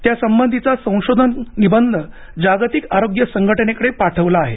त्यासंबंधीचा संशोधन निबंध जागतिक आरोग्य संघटनेकडे पाठवला आहे